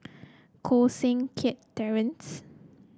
Koh Seng Kiat Terence